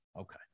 Okay